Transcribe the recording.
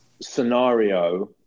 Scenario